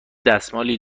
دستمالی